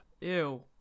Ew